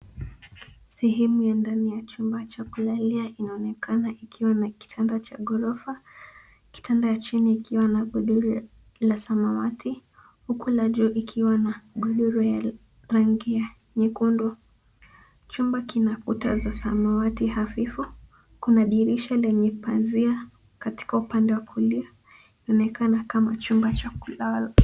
Sehemu ya ndani ya chumba cha kulalia inaonekana ikiwa na kitanda cha ghorofa, kitanda ya chini ikiwa na godoro la samawati, huku la juu likiwa na godoro ya rangi ya nyekundu. Chumba kina kuta za samawati hafifu. Kuna dirisha lenye pazia katika upande wa kulia, inaonekana kama chumba cha kulala.